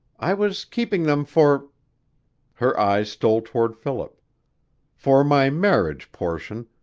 i was keeping them for her eyes stole toward philip for my marriage portion,